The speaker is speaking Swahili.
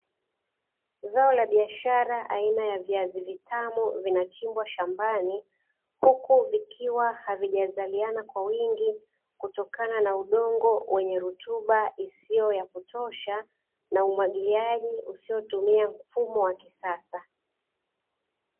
Zao la biashara aina ya viazi vitamu, vinachimbwa shambani huku vikiwa havijazaliana kwa wingi, kutokana na udongo wenye rutuba isiyo ya kutosha na umwagiliaji usiotumia mfumo wa kisasa.